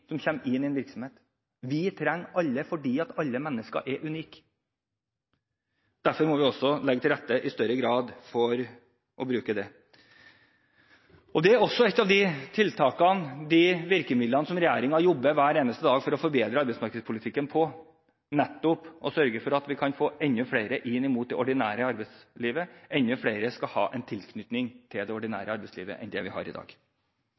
som kommer inn i en virksomhet. Vi trenger alle fordi alle mennesker er unike. Derfor må vi også i større grad legge til rette for å bruke dette. Og dette er også et av de tiltakene, de virkemidlene, som regjeringen jobber med hver eneste dag for å forbedre arbeidsmarkedspolitikken – nettopp å sørge for at vi kan få enda flere inn mot det ordinære arbeidslivet, at enda flere skal ha en tilknytning til det ordinære arbeidslivet enn det vi har i dag.